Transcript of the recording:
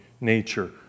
nature